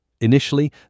Initially